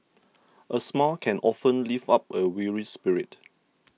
a smile can often lift up a weary spirit